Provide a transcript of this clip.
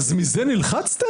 אז מזה נלחצתם?